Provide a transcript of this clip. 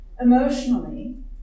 emotionally